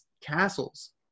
castles